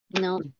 no